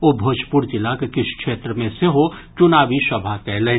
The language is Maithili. ओ भोजपुर जिलाक किछु क्षेत्र मे सेहो चुनावी सभा कयलनि